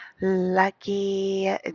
lucky